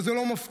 וזה לא מפתיע,